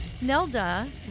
Nelda